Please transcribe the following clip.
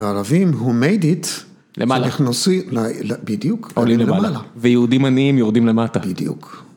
הערבים, who made it, למעלה, נכנסים ל.., בדיוק, ועולים למעלה. ויהודים עניים יורדים למטה. בדיוק!